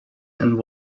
and